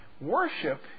worship